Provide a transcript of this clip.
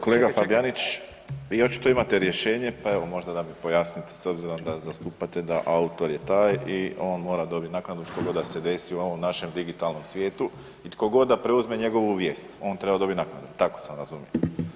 Kolega Fabijanić, vi očito imate rješenje pa evo možda da mi pojasnite s obzirom da zastupate da autor i on mora dobiti naknadu što god da se desi u ovom našem digitalnom svijetu i tko god da preuzme njegovu vijest, on treba dobiti naknadu, tako sam razumio.